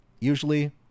usually